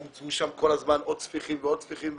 נוספו שם כל הזמן עוד ספיחים ועוד ספיחים,